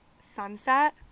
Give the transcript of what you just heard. sunset